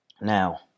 Now